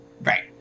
right